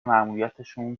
ماموریتشان